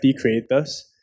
Creators